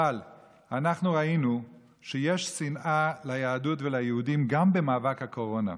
אבל אנחנו ראינו שיש שנאה ליהדות וליהודים גם במאבק הקורונה.